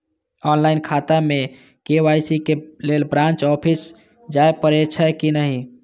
Online खाता में KYC के लेल ब्रांच ऑफिस जाय परेछै कि नहिं?